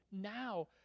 now